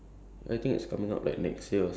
uh they say um